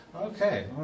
Okay